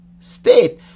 State